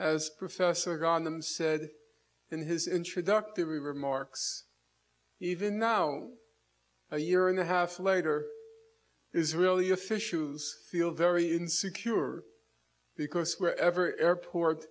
as professor got them said in his introductory remarks even now a year and a half later israeli officials feel very insecure because wherever airport